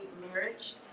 marriage